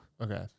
okay